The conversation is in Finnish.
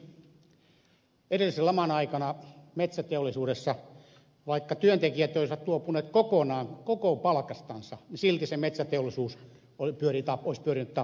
ensinnäkin edellisen laman aikana metsäteollisuudessa vaikka työntekijät olisivat luopuneet kokonaan koko palkastansa silti metsäteollisuus olisi pyörinyt tappiolla